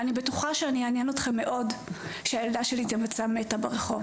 אני בטוחה שאני אעניין אתכם כשהילדה שלי תימצא מתה ברחוב